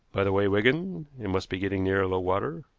by the way, wigan, it must be getting near low-water.